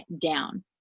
down